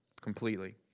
completely